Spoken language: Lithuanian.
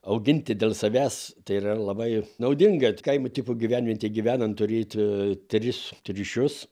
auginti dėl savęs tai yra labai naudinga kaimo tipo gyvenvietėj gyvenant turėti tris triušius